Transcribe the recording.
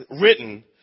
written